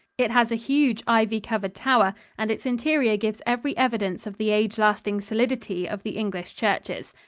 it has a huge ivy-covered tower and its interior gives every evidence of the age-lasting solidity of the english churches.